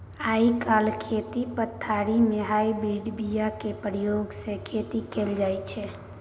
आइ काल्हि खेती पथारी मे हाइब्रिड बीया केर प्रयोग सँ खेती कएल जाइत छै